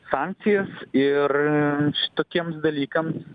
sankcijas ir tokiems dalykams